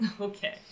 Okay